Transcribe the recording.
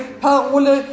Parole